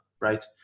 right